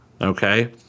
Okay